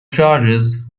charges